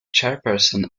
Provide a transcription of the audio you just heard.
chairperson